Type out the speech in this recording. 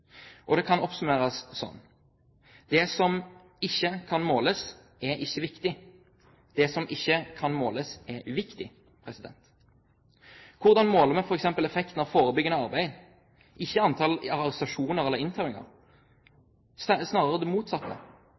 politiet. Det kan oppsummeres slik: Det som ikke kan måles, er ikke viktig. Det som ikke kan måles, er uviktig. Hvordan måler man f.eks. effekten av forebyggende arbeid? Ikke i antall arrestasjoner eller inntauinger – snarere det motsatte.